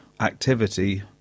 activity